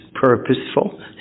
purposeful